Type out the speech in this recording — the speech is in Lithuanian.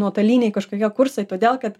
nuotoliniai kažkokie kursai todėl kad